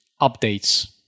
updates